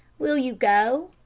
will you go?